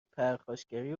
پرخاشگری